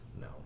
No